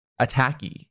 attacky